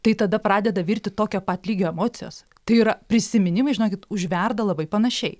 tai tada pradeda virti tokio pat lygio emocijos tai yra prisiminimai žinokit užverda labai panašiai